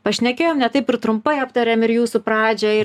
pašnekėjom ne taip ir trumpai aptarėme ir jūsų pradžią ir